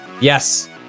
Yes